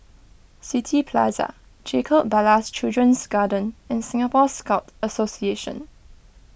City Plaza Jacob Ballas Children's Garden and Singapore Scout Association